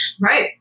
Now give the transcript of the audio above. right